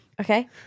Okay